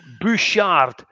Bouchard